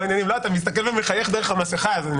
אתה מסתכל ומחייך דרך המסכה - אני